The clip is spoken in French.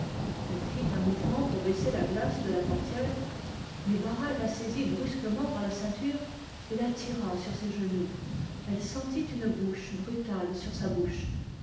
elle fit un mouvement pour baisser la glace de la portière mais barral la saisit brusquement pas la ceinture et l'attira sur ses genoux elle sentit un baiser brutal sur sa bouche